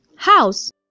House